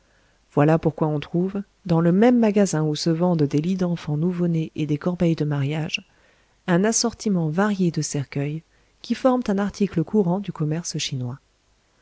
voilà pourquoi on trouve dans le même magasin où se vendent des lits d'enfants nouveau-nés et des corbeilles de mariage un assortiment varié de cercueils qui forment un article courant du commerce chinois